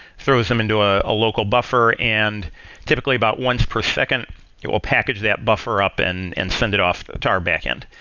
throws them into a ah local buffer and typically about once per second it will package that buffer up and and send it off to our backend.